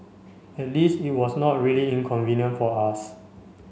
at least it was not really inconvenient for us